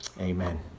Amen